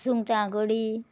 सुंगटां कोडी